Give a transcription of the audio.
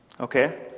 Okay